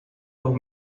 los